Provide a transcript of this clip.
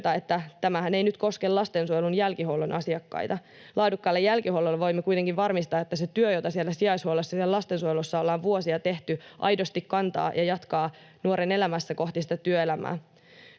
että tämähän ei nyt koske lastensuojelun jälkihuollon asiakkaita. Laadukkaalla jälkihuollolla voimme kuitenkin varmistaa, että se työ, jota siellä sijaishuollossa ja siellä lastensuojelussa ollaan vuosia tehty, aidosti kantaa ja jatkaa nuoren elämässä kohti työelämää.